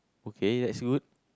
okay that's good